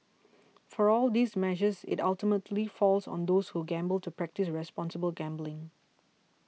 for all these measures it ultimately falls on those who gamble to practise responsible gambling